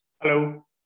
Hello